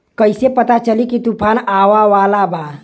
कइसे पता चली की तूफान आवा वाला बा?